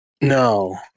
No